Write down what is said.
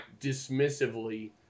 dismissively